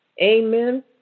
Amen